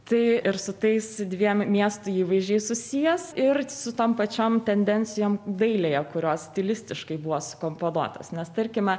tai ir su tais dviem miestų įvaizdžiai susijęs ir su tom pačiom tendencijom dailėje kurios stilistiškai buvo sukomponuotos nes tarkime